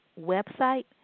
website